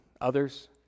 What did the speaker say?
others